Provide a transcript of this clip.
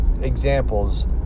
examples